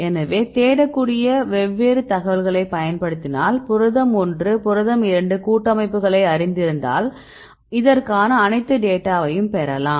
எனவே தேடக்கூடிய வெவ்வேறு தகவல்களை பயன்படுத்தினால் புரதம் 1 புரதம் 2 கூட்டமைப்புகளை அறிந்திருந்தால் இதற்கான அனைத்து டேட்டாவையும் பெறலாம்